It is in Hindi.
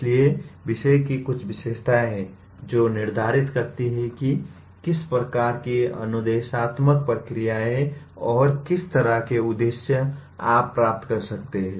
इसलिए विषय की कुछ विशेषताएं हैं जो निर्धारित करती हैं कि किस प्रकार की अनुदेशात्मक प्रक्रियाएं और किस तरह के उद्देश्य आप प्राप्त कर सकते हैं